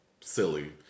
silly